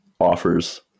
offers